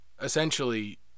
Essentially